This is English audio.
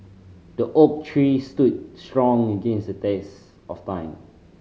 the oak tree stood strong against the test of time